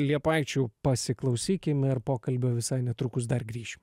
liepaičių pasiklausykim ir pokalbio visai netrukus dar grįšim